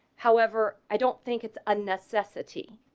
however, i don't think it's a necessity.